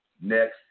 next